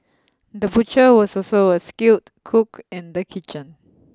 the butcher was also a skilled cook in the kitchen